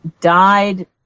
died